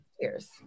Cheers